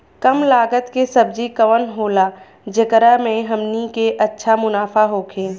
कम लागत के सब्जी कवन होला जेकरा में हमनी के अच्छा मुनाफा होखे?